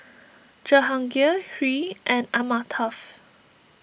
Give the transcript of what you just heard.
Jehangirr Hri and Amitabh